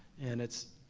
and it's,